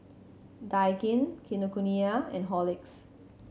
Daikin Kinokuniya and Horlicks